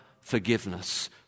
forgiveness